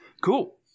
cool